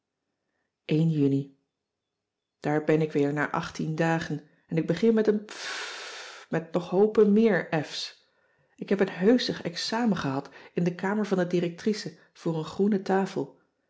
juni daar ben ik weer na achttien dagen en ik begin met een pfffffffff met nog hoopen meer f's ik heb een heuschig examen gehad in de kamer van de directrice voor een groene tafel